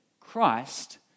Christ